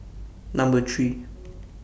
Number three